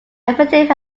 effective